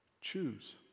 Choose